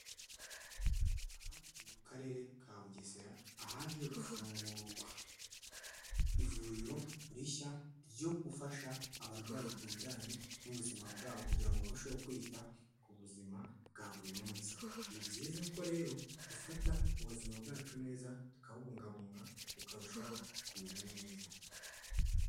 Ahantu mu karere ka bugesera, ahaje gufungurwa ivuriro rishya ryo gufasha abarwayi ku bijyanye n'ubuzima bwabo, kugira ngo barusheho kwita ku buzima bwa buri munsi. Ni byiza ko rero dufata ubuzima bwacu neza, tukabungabunga bukarushaho kumera neza